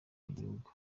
bihugu